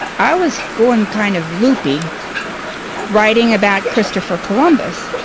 i was going kind of loopy writing about christopher columbus,